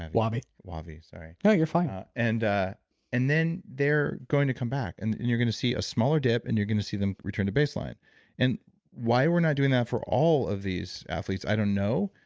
wavi wavi, sorry no, you're fine um and ah and then they're going to come back and and you're going to see a smaller dip and you're going to see them return to baseline and why we're not doing that for all of these athletes, i don't know,